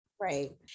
Right